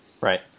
right